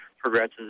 progresses